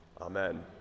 Amen